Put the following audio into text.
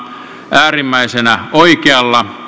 äärimmäisenä oikealla